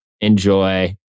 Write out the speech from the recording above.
enjoy